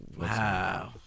Wow